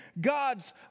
God's